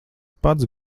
pats